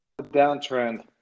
downtrend